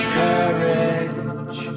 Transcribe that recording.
courage